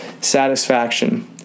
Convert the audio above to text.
satisfaction